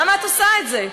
למה את עושה את זה?